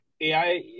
AI